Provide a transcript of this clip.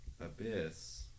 Abyss